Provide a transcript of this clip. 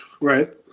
Right